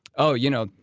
oh, you know,